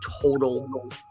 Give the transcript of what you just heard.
total